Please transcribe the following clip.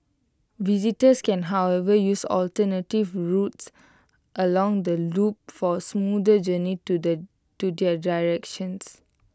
visitors can however use alternative routes along the loop for A smoother journey to the to their